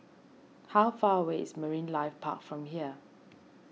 how far away is Marine Life Park from here